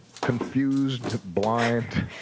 confused, blind,